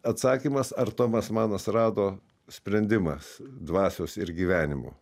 atsakymas ar tomas manas rado sprendimas dvasios ir gyvenimo